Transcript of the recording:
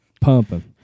Pumping